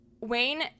Wayne